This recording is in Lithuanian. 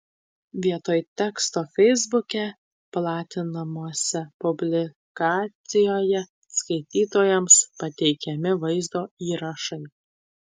vietoj teksto feisbuke platinamose publikacijoje skaitytojams pateikiami vaizdo įrašai